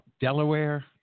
Delaware